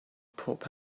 pob